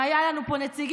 אם היו לנו פה נציגים,